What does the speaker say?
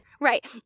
Right